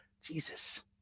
jesus